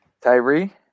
Tyree